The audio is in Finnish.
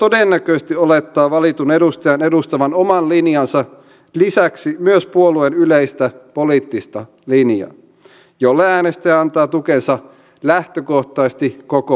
äänestäjä todennäköisesti olettaa valitun edustajan edustavan oman linjansa lisäksi myös puolueen yleistä poliittista linjaa jolle äänestäjä antaa tukensa lähtökohtaisesti koko vaalikaudeksi